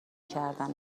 کردن